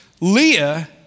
Leah